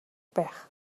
байх